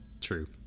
true